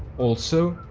also,